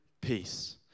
peace